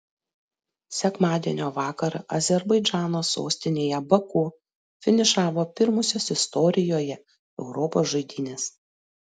sekmadienio vakarą azerbaidžano sostinėje baku finišavo pirmosios istorijoje europos žaidynės